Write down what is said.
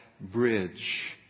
bridge